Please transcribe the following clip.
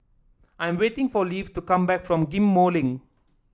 I am waiting for Leif to come back from Ghim Moh Link